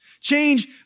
Change